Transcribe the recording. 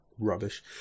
rubbish